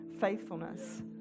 faithfulness